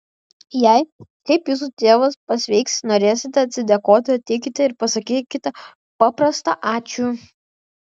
jei kaip jūsų tėvas pasveiks norėsite atsidėkoti ateikite ir pasakykite paprastą ačiū